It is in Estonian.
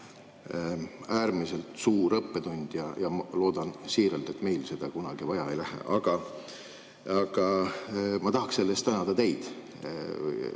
äärmiselt suur õppetund ja loodan siiralt, et meil seda kunagi vaja ei lähe. Aga ma tahaks selle eest tänada teid